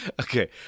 Okay